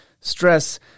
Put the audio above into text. stress